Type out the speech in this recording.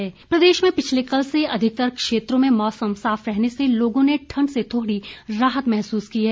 मौसम प्रदेश में पिछले कल से अधिकतर क्षेत्रों में मौसम साफ रहने से लोगों ने ठंड से थोड़ी राहत महसूस की है